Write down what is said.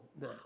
now